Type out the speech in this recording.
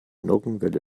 nockenwelle